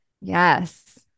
Yes